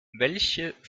welche